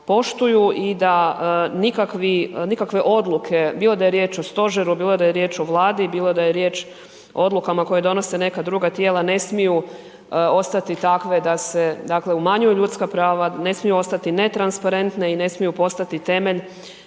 poštuju i da nikakvi, nikakve odluke, bilo da je riječ o stožeru, bilo da je riječ o Vladi, bilo da je riječ o odlukama koje donose neka druga tijela, ne smiju ostati takve da se, dakle umanjuju ljudska prava, ne smiju ostati netransparentne i ne smiju postati temelj